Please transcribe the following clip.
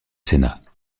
sénat